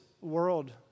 world